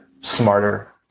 smarter